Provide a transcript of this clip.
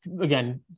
Again